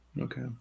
Okay